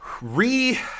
re